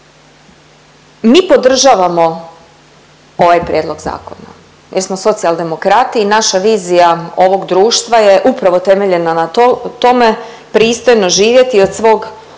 Mi podržavamo ovaj prijedlog zakona jer smo socijaldemokrati i naša vizija ovog društva upravo je temeljena na tome, pristojno živjeti od svog rada